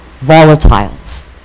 volatiles